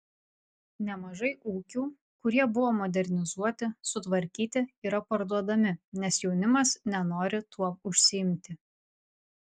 nemažai ūkių kurie buvo modernizuoti sutvarkyti yra parduodami nes jaunimas nenori tuo užsiimti